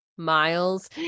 miles